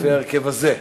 לפי ההרכב הזה.